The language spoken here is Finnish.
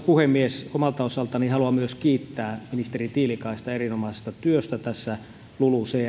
puhemies omalta osaltani haluan myös kiittää ministeri tiilikaista erinomaisesta työstä lulucf